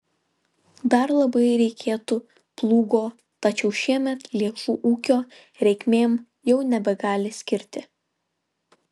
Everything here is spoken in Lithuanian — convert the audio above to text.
dar labai reikėtų plūgo tačiau šiemet lėšų ūkio reikmėm jau nebegali skirti